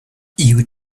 you